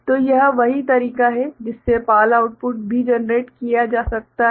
तो यह वही तरीका है जिससे PAL आउटपुट भी जनरेट किया जा सकता है